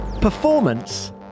Performance